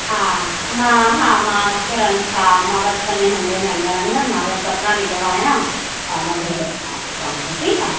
हा मां हा तुरंत हा मां बस पंज मिंट जे अंदरि अंदरि बस कपिड़ा निकिराया हा मां भेजे रखांव थी ठीकु आहे